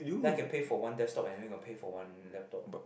then I can pay for one desktop and then gotta pay for one laptop